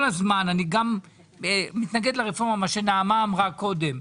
אני מתנגד לרפורמה, מה שנעמה אמרה קודם.